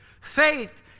Faith